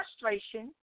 frustration